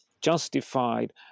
justified